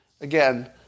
Again